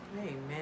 Amen